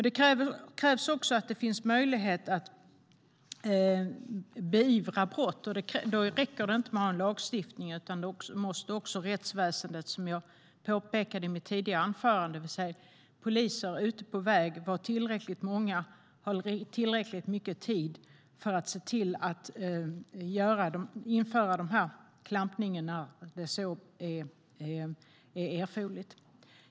Det krävs också att det finns möjlighet att beivra brott. Då räcker det inte med att ha en lagstiftning. Då måste också rättsväsendet, som jag påpekade i mitt tidigare anförande i dag, det vill säga poliser ute på väg, vara tillräckligt många och ha tillräckligt mycket tid för att göra klampningar när så är erforderligt.